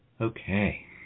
Okay